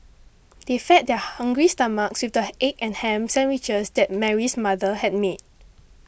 they fed their hungry stomachs with the egg and ham sandwiches that Mary's mother had made